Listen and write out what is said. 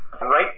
Right